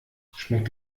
schmeckt